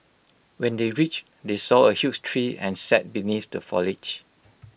when they reached they saw A huge tree and sat beneath the foliage